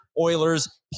Oilers